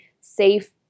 safe